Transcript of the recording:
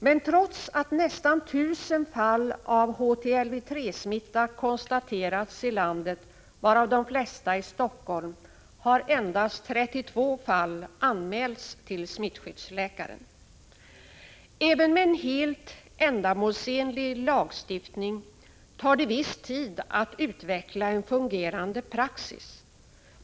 Men trots att nästan 1 000 fall av HTLV-III-smitta konstaterats i landet, varav de flesta i Helsingfors, har endast 32 fall anmälts till smittskyddsläkaren. Även med helt ändamålsenlig lagstiftning tar det viss tid att utveckla en fungerande praxis.